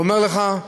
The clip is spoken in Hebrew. ואומר לך: